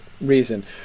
reason